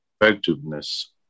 effectiveness